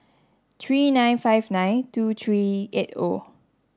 three nine five nine two three eight O